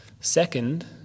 Second